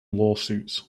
lawsuits